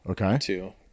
Okay